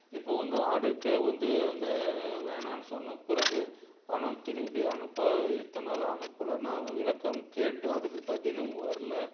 இப்போது வந்து ஆர்டருக்கு வந்து அங்கே வேணாம்ன்னு சொன்ன பிறகு பணம் திரும்பி அனுப்பாதது இத்தனை நாள் அனுப்பல நான் விளக்கம் கேட்டும் அதுக்கு பதிலும் வரல